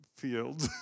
fields